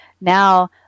now